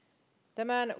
tämän